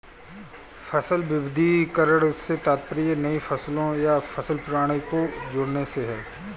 फसल विविधीकरण से तात्पर्य नई फसलों या फसल प्रणाली को जोड़ने से है